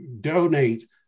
donate